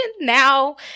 Now